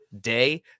day